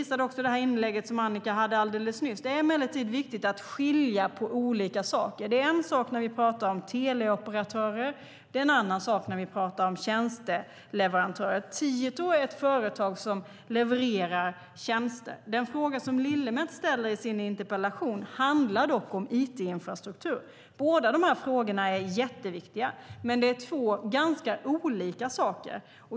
Som det inlägg som Annika gjorde alldeles nyss visade är det emellertid viktigt att skilja på olika saker. Det är en sak att tala om teleoperatörer och en annan sak att tala om tjänsteleverantörer. Tieto är ett företag som levererar tjänster. Den fråga som Lillemets ställer i sin interpellation handlar dock om it-infrastruktur. Båda frågorna är jätteviktiga, men det är två ganska olika saker.